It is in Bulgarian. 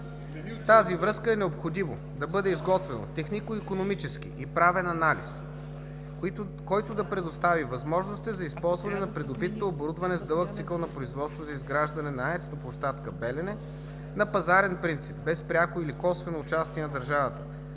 тази връзка е необходимо: да бъде изготвен технико икономически и правен анализ, който да предостави възможности за използване на придобитото оборудване с дълъг цикъл на производство за изграждане на АЕЦ на площадка „Белене“ на пазарен принцип, без пряко или косвено участие на държавата,